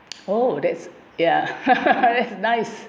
oh that's ya that's nice